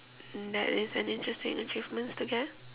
that is an interesting achievements to get